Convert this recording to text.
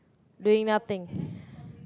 doing nothing